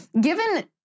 given